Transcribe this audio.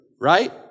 right